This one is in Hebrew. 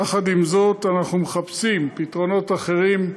יחד עם זאת, אנחנו מחפשים פתרונות אחרים,